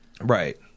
Right